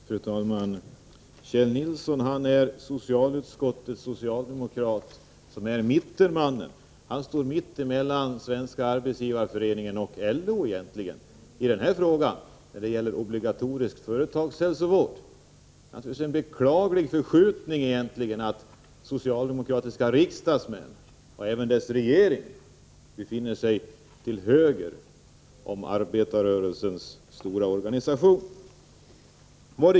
Fru talman! Kjell Nilsson är socialdemokraten i socialutskottet som är Onsdagen den mittenmannen — han står mitt emellan Svenska arbetsgivareföreningen och 20 mars 1985 LO när det gäller frågan om obligatorisk företagshälsovård. Det är naturligt vis en beklaglig förskjutning som har skett, när socialdemokratiska riksdags Företagshälsovård män — och även den bocialdemokratiska regeringen — nu befinner sig till höger och arbetsanpassom arbetarrörelsens stora organisation.